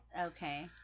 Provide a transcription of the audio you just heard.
Okay